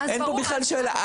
אין פה שאלה בכלל.